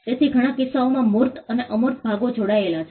તેથી ઘણા કિસ્સાઓમાં મૂર્ત અને અમૂર્ત ભાગો જોડાયેલા છે